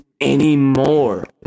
anymore